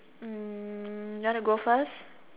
um you want to go first